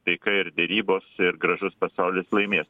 taika ir derybos ir gražus pasaulis laimės